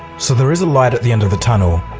so there is a light at the end of the tunnel.